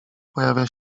pojawia